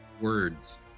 words